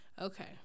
Okay